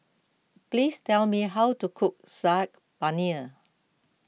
please tell me how to cook Saag Paneer